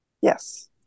Yes